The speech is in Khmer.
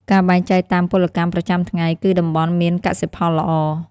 ការបែងចែកតាមពលកម្មប្រចាំថ្ងៃ គឺតំបន់មានកសិផលល្អ។